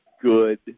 good